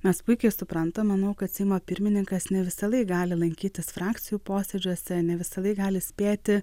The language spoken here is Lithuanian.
mes puikiai suprantam manau kad seimo pirmininkas ne visąlaik gali lankytis frakcijų posėdžiuose ne visąlaik gali spėti